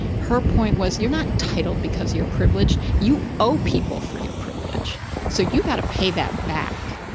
her point was, you're not entitled because you're privileged, you owe people for your privilege so you got to pay that back.